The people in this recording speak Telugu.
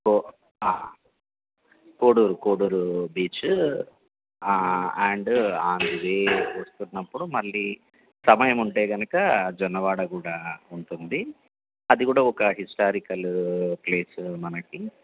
co Koduru Koduru beach and ఇది వస్తున్నప్పుడు మళ్ళీ సమయం ఉంటే కనుక జొన్నవాడ కూడా ఉంటుంది అది కూడా ఒక హిస్టారికల్ ప్లేసు మనకి